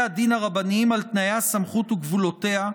הדין הרבניים על תנאי הסמכות וגבולותיה,